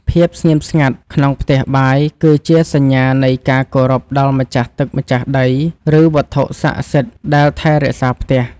ភាពស្ងៀមស្ងាត់ក្នុងផ្ទះបាយគឺជាសញ្ញានៃការគោរពដល់ម្ចាស់ទឹកម្ចាស់ដីឬ វត្ថុស័ក្តិសិទ្ធិដែលថែរក្សាផ្ទះ។